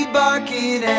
barking